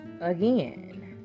again